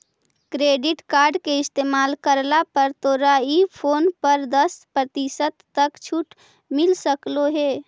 credit card के इस्तेमाल करला पर तोरा ई फोन पर दस प्रतिशत तक छूट मिल सकलों हे